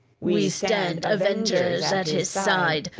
we stand avengers at his side,